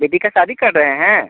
बेटी का शादी कर रहे हैं